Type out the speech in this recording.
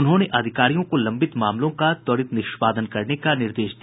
उन्होंने अधिकारियों को लंबित मामलों का त्वरित निष्पादन करने का निर्देश दिया